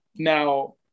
Now